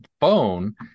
phone